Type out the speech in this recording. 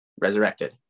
resurrected